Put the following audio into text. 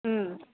ம்